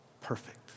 Perfect